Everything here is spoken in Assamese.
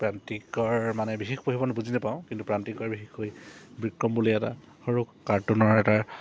প্ৰান্তিকৰ মানে বিশেষ পঢ়িব বুজি নাপাওঁ কিন্তু প্ৰান্তিকৰ বিশেষকৈ বিক্ৰম বুলি এটা সৰু কাৰ্টুনৰ এটা